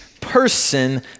person